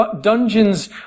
dungeons